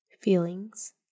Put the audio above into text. feelings